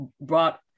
brought